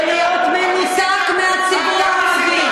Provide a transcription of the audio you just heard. ולהיות מנותק מהציבור הערבי.